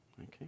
okay